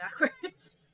backwards